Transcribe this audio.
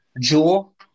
Jewel